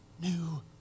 new